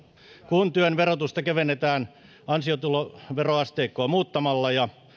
kun työn verotusta kevennetään ansiotuloveroasteikkoa muuttamalla ja